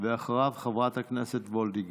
אחריו, חברת הכנסת וולדיגר.